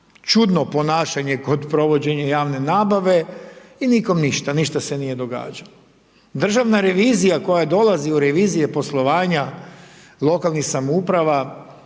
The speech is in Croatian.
čudno ponašanje kod provođenja javne nabave i nikom ništa, ništa se nije događalo. Državna revizija koja dolazi u revizije poslovanja lokalnih samouprava,